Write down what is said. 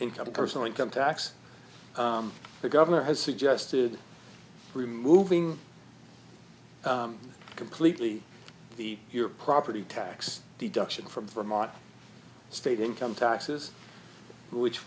income a personal income tax the governor has suggested removing completely the your property tax deduction from vermont state income taxes which